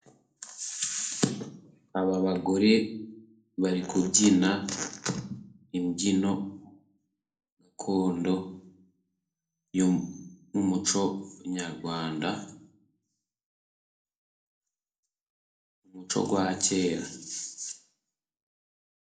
Aba bagore bari kubyina imbyino gakondo, nk'umuco nyarwanda, umuco wa kera.